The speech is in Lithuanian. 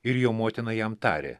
ir jo motina jam tarė